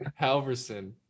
Halverson